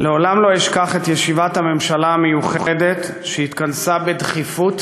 לעולם לא אשכח את ישיבת הממשלה המיוחדת שהתכנסה בדחיפות